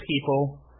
people